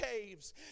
caves